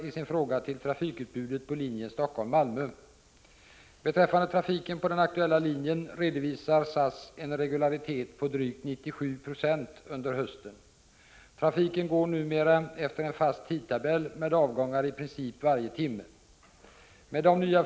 I många andra länder möts sådant missnöje med åtgärder, som innebär avregleringar och ökad konkurrens, allt med sikte på förbättrad service och ökad turtäthet för resenärerna.